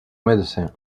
médecin